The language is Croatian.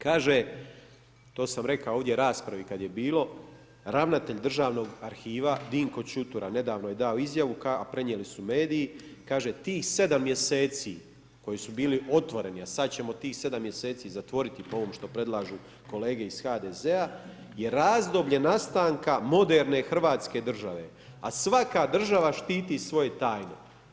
Kaže, to sam rekao ovdje u raspravi kada je bilo, ravnatelj državnog arhiva Dinko Čutura nedavno je dao izjavu a prenijeli su mediji, kaže tih 7 mjeseci koji su bili otvoreni a sada ćemo tih 7 mjeseci zatvoriti po ovom što predlažu kolege iz HDZ-a je razdoblje nastanka moderne hrvatske države a svaka država štiti svoje tajne.